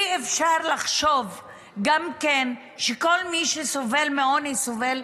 אי-אפשר לחשוב גם שכל מי שסובל מעוני סובל,